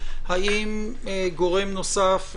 האם גורם נוסף,